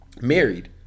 Married